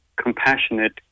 compassionate